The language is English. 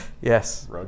yes